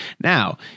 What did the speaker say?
Now